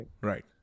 right